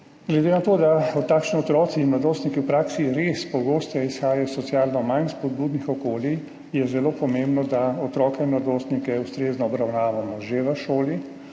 Glede na to, da takšni otroci in mladostniki v praksi res pogosteje izhajajo iz socialno manj spodbudnih okolij, je zelo pomembno, da otroke in mladostnike ustrezno obravnavamo že v šoli